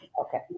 Okay